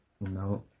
no